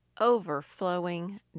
overflowing